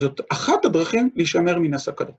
זאת אחת הדרכים להישמר מנסה קדם.